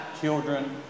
children